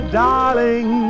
darling